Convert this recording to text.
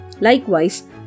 Likewise